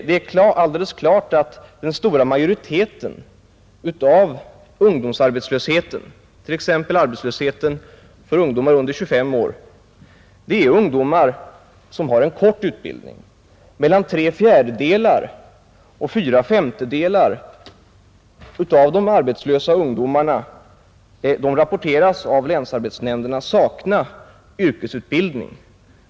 Det är alldeles klart att den stora majoriteten av den arbetslösa ungdomen, t.ex. ungdomar under 25 år, är ungdomar som har en kort utbildning. Mellan tre fjärdedelar och fyra femtedelar av de arbetslösa ungdomarna rapporteras av länsarbetsnämnderna sakna yrkesutbildning.